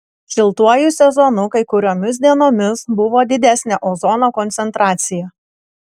šiltuoju sezonu kai kuriomis dienomis buvo didesnė ozono koncentracija